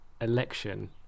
election